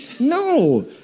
No